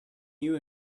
you